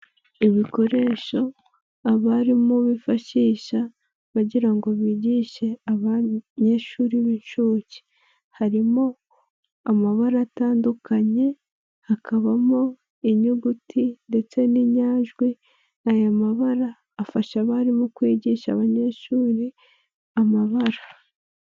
Ibikoresho, abarimu bifashisha, bagira ngo bigishe abanyeshuri b'incuke. Harimo amabara atandukanye, hakabamo inyuguti ndetse n'inyajwi, aya mabara afasha abarimu kwigisha abanyeshuri amabara.